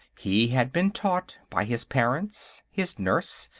he had been taught, by his parents, his nurse,